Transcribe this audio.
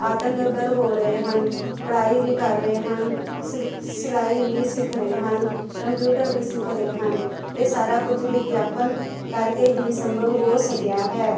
ਆਤਮ ਨਿਰਭਰ ਹੋ ਰਹੇ ਹਨ ਪੜ੍ਹਾਈ ਵੀ ਕਰ ਰਹੇ ਹਨ ਸਿਲ ਸਿਲਾਈ ਵੀ ਸਿੱਖ ਰਹੇ ਹਨ ਕੰਪਿਊਟਰ ਵੀ ਸਿੱਖ ਰਹੇ ਹਨ ਇਹ ਸਾਰਾ ਕੁਝ ਵਿਗਿਆਪਨ ਕਰਕੇ ਹੀ ਸੰਭਵ ਹੋ ਸਕਿਆ ਹੈ